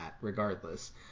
regardless